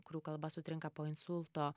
kurių kalba sutrinka po insulto